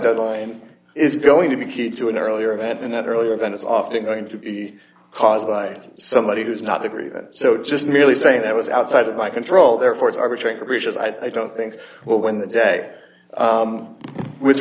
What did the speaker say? deadline is going to be key to an earlier event and that earlier event is often going to be caused by somebody who's not agree so just merely saying that was outside of my control therefore it's arbitrary capricious i don't think well when the day with